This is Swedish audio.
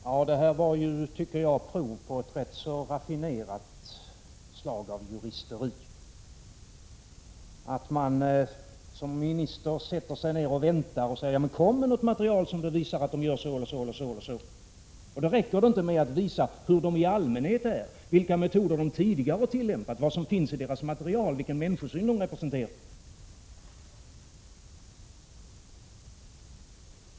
Herr talman! Det var, tycker jag, prov på ett rätt raffinerat slag av juristeri att man som minister sätter sig ned och väntar och säger: Kom med något material som bevisar att de gör så eller så eller så eller så! Då räcker det inte med att visa hur de i allmänhet är, vilka metoder de tidigare har tillämpat, vad som finns i deras material, vilken människosyn de representerar.